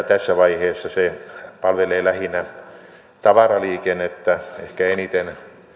tässä vaiheessa se palvelee lähinnä tavaraliikennettä ehkä eniten